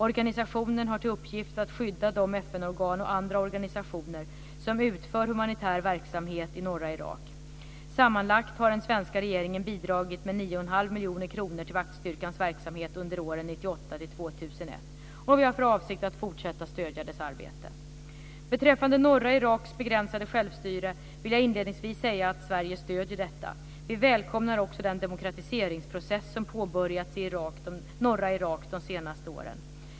Organisationen har till uppgift att skydda de FN-organ och andra organisationer som utför humanitär verksamhet i norra Irak. Sammanlagt har den svenska regeringen bidragit med 9,5 miljoner kronor till vaktstyrkans verksamhet under åren 1998-2001. Och vi har för avsikt att fortsätta stödja dess arbete. Beträffande norra Iraks begränsade självstyre vill jag inledningsvis säga att Sverige stöder detta. Vi välkomnar också den demokratiseringsprocess som påbörjats i norra Irak de senaste åren.